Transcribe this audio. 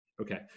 Okay